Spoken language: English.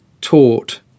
taught